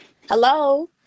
hello